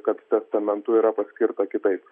kad testamentu yra paskirta kitaip